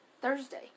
Thursday